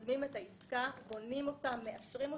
אנחנו יוזמים את העסקה, בונים אותה, מאשרים אותה.